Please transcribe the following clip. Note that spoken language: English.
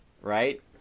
right